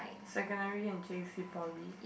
secondary and j_c poly